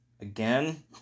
again